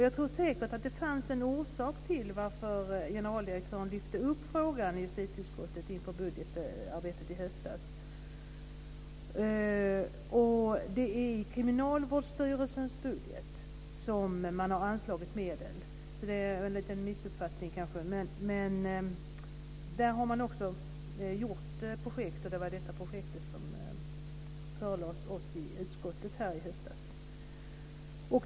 Jag tror säkert att det finns en orsak till varför generaldirektörer lyfte upp frågan i justitieutskottet inför budgetarbetet i höstas. Det är i Kriminalvårdsstyrelsens budget som man har anslagit medel. Det var kanske en liten missuppfattning. Där har man också ett projekt, och det var det projektet som förelades oss i utskottet i höstas.